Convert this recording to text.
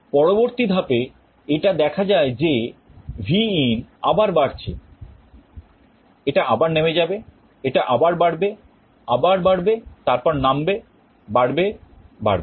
পরবর্তী ধাপে এটা দেখা যায় যে Vin আবার বাড়ছে এটা আবার নেমে যাবে এটা আবার বাড়বে আবার বাড়বে তারপর নামবে বাড়বে বাড়বে